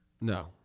no